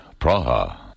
Praha